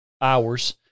hours